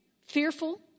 fearful